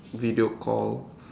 video call